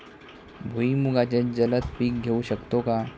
भुईमुगाचे जलद पीक घेऊ शकतो का?